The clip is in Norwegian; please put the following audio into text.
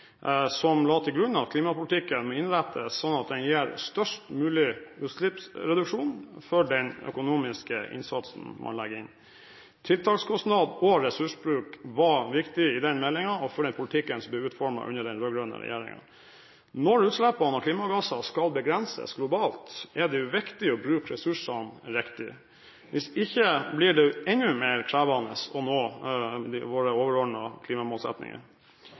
som la til grunn at klimapolitikken må innrettes sånn at den gir størst mulig utslippsreduksjon for den økonomiske innsatsen man legger inn. Tiltakskostnad og ressursbruk var viktig i den meldingen og for den politikken som ble utformet under den rød-grønne regjeringen. Når utslippene av klimagasser skal begrenses globalt, er det viktig å bruke ressursene riktig. Hvis ikke blir det enda mer krevende å nå våre